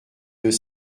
deux